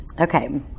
Okay